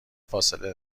فاصله